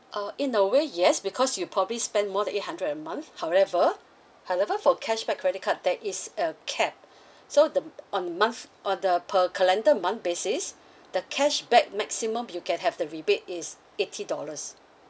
uh in a way yes because you probably spend more than eight hundred a month however however for cashback credit card there is a cap so the mm on month or the per calendar month basis the cashback maximum you can have the rebate is eighty dollars